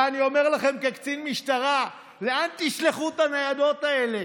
ואני אומר לכם כקצין משטרה: לאן תשלחו את הניידות האלה?